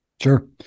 Sure